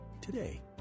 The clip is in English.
today